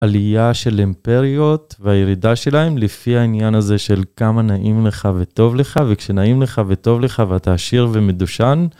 עלייה של אימפריות והירידה שלהם לפי העניין הזה של כמה נעים לך וטוב לך וכשנעים לך וטוב לך ואתה עשיר ומדושן...